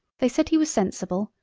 they said he was sensible,